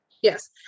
Yes